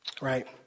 Right